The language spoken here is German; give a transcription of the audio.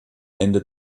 ende